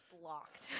Blocked